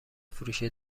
فروشی